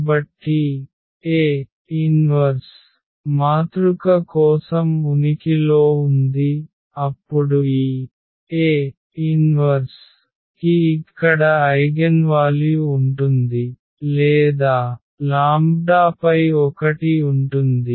కాబట్టి A 1 మాతృక కోసం ఉనికిలో ఉంది అప్పుడు ఈ A 1 కి ఇక్కడ ఐగెన్వాల్యు ఉంటుంది లేదా లాంబ్డాపై ఒకటి ఉంటుంది